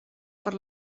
per